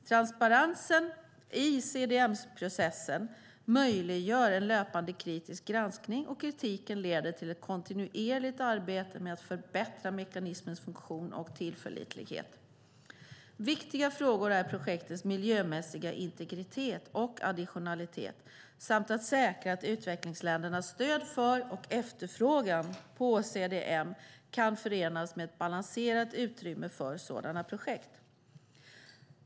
Transparensen i CDM-processen möjliggör en löpande kritisk granskning, och kritiken leder till ett kontinuerligt arbete med att förbättra mekanismens funktion och tillförlitlighet. Viktiga frågor är projektens miljömässiga integritet och additionalitet samt att säkra att utvecklingsländernas stöd för och efterfrågan på CDM kan förenas med ett balanserat utrymme för sådana projekt.